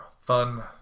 fun